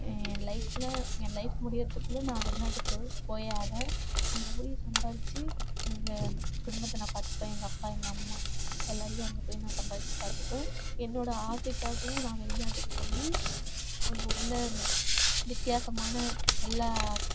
என் லைஃப்பில் என் லைஃப் முடிகிறதுக்குள்ள நா வெளிநாட்டுக்கு போயே ஆவேன் அங்கே போய் சம்பாரித்து எங்கள் குடும்பத்தை நான் பார்த்துப்பேன் எங்கள் அப்பா எங்கள் அம்மா எல்லோரையும் அங்கே போய் நான் சம்பாரித்து பார்த்துப்பேன் என்னோடய ஆசைக்காகவும் நான் வெளிநாட்டுக்கு போய் அங்கே உள்ள வித்தியாசமான எல்லா